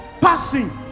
passing